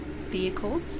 vehicles